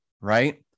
right